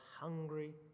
hungry